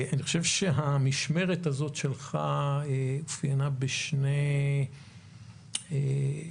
אני חושב שהמשמרת הזאת שלך אופיינה בשני אירועים